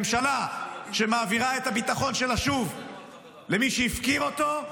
ממשלה ששוב מעבירה את הביטחון שלה למי שהפקיר אותו,